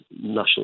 national